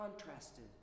contrasted